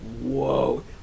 whoa